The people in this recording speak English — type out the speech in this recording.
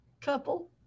couple